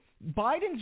Biden's